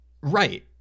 right